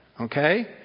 Okay